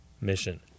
Mission